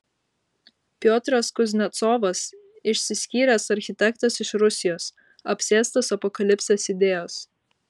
piotras kuznecovas išsiskyręs architektas iš rusijos apsėstas apokalipsės idėjos